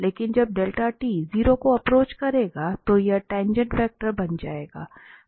लेकिन जब 0 को एप्रोच करेगा तो यह टाँगेँट वेक्टर बन जाएगा